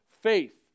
faith